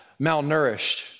malnourished